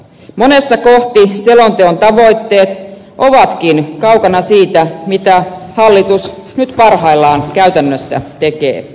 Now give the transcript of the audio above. monessa kohti selonteon tavoitteet ovatkin kaukana siitä mitä hallitus nyt parhaillaan käytännössä tekee